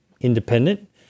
independent